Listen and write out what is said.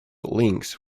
links